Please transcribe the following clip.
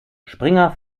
springer